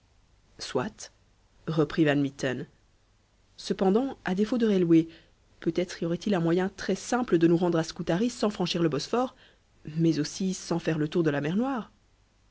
reprit van mitten cependant à défaut de railways peut-être y aurait-il un moyen très simple de nous rendre à scutari sans franchir le bosphore mais aussi sans faire le tour de la mer noire